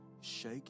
shake